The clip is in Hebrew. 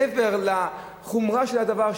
מעבר לחומרה של הדבר,